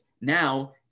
now